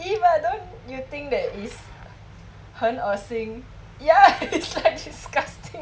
!ee! but don't you think that it is 很恶心 ya it's like disgusting